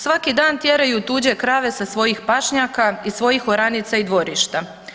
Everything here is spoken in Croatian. Svaki dan tjeraju tuđe krave sa svojih pašnjaka i svojih oranica i dvorišta.